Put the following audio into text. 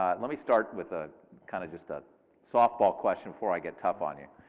um let me start with ah kind of just a softball question before i get tough on you.